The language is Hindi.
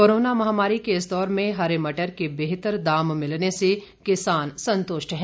कोरोना महामारी के इस दौर में हरे मटर के बेहतर दाम मिलने से किसान संतुष्ट है